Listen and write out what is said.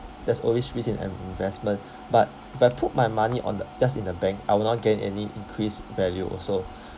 there's always risk in e~ investment but if I put my money on the just in the bank I would not gain any increased value also